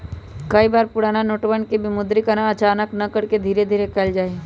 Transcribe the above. कई बार पुराना नोटवन के विमुद्रीकरण अचानक न करके धीरे धीरे कइल जाहई